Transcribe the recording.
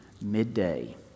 midday